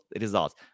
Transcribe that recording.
results